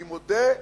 אני מודה,